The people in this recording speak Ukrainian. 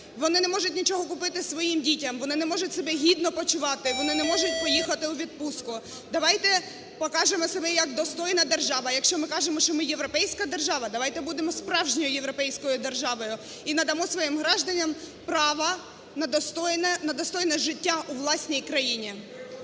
вони не можуть нічого купити своїм дітям, вони не можуть себе гідно почувати, вони не можуть поїхати у відпустку. Давайте покажемо себе як достойна держава. Якщо ми кажемо, що ми – європейська держава, давайте будемо справжньою європейською державою і надамо своїм гражданам право на достойне життя у власній країні.